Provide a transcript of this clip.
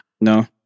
No